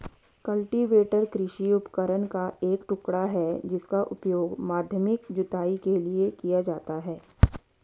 cultivator कृषि उपकरण का एक टुकड़ा है जिसका उपयोग माध्यमिक जुताई के लिए किया जाता है